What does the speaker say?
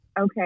Okay